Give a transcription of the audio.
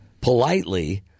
politely